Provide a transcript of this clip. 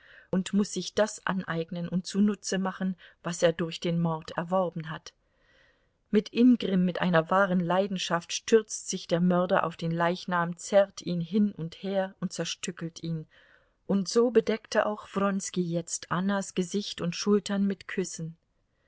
und muß sich das aneignen und zunutze machen was er durch den mord erworben hat mit ingrimm mit einer wahren leidenschaft stürzt sich der mörder auf den leichnam zerrt ihn hin und her und zerstückelt ihn und so bedeckte auch wronski jetzt annas gesicht und schultern mit küssen